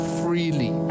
freely